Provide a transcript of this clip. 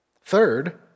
Third